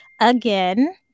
again